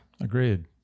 Agreed